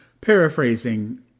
Paraphrasing